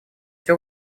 все